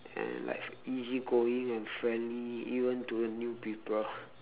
and like easy going and friendly even to the new people